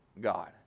God